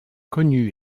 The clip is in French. connu